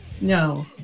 No